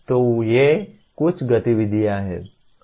तो ये कुछ PO गतिविधियाँ हैं